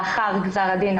לאחר גזר הדין,